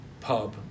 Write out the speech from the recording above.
Pub